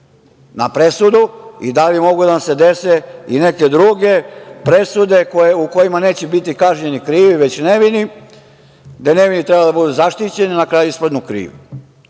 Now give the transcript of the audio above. na presudu i da li mogu da nam se dese i neke druge presude u kojima neće biti kažnjeni krivi, već nevini, gde nevini treba da budu zaštićeni na kraju ispadnu